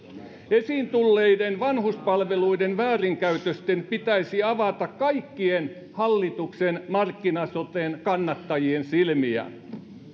esiin tulleiden vanhuspalveluiden väärinkäytösten pitäisi avata kaikkien hallituksen markkina soten kannattajien silmiä